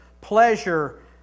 pleasure